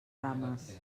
rames